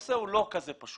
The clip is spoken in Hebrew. הנושא הוא לא כזה פשוט.